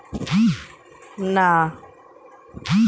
lending process হচ্ছে তা যখন কোনো সংস্থা বা মানুষ কাউকে টাকা ধার দেয়